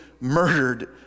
murdered